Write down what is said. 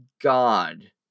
God